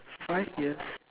five years